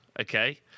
okay